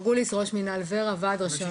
מנהל ור"ה ועד ראשי